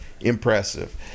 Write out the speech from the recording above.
impressive